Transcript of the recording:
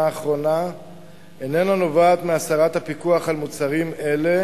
האחרונה איננה נובעת מהסרת הפיקוח על מוצרים אלה